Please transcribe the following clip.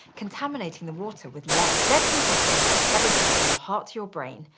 contaminating the water with lead. lead consumption affects everything from your heart to your brain,